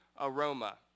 aroma